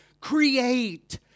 create